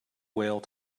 whale